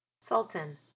Sultan